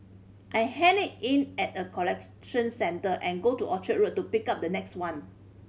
I hand it in at a collection centre and go to Orchard Road to pick up the next one